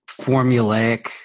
formulaic